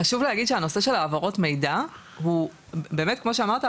חשוב להגיד שהנושא של העברות מידע הוא באמת כמו שאמרת,